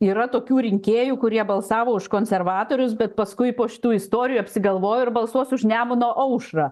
yra tokių rinkėjų kurie balsavo už konservatorius bet paskui po šitų istorijų apsigalvojo ir balsuos už nemuno aušrą